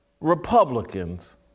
Republicans